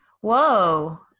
whoa